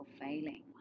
failing